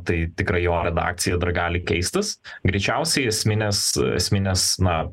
tai tikrai jo redakcija dar gali keistis greičiausiai esminės esminės na